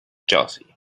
jealousy